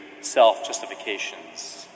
self-justifications